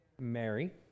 Mary